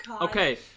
Okay